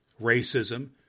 racism